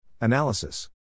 Analysis